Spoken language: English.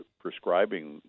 prescribing